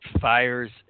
fires